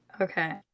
Okay